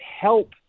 help